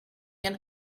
can